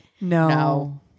no